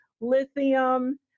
lithium